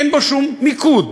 אין בו שום מיקוד.